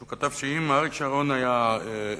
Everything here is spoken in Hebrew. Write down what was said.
הוא כתב שאם אריק שרון היה אתרוג,